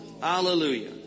Hallelujah